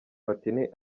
platini